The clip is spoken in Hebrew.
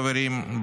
חברים,